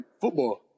football